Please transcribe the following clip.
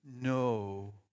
no